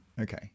Okay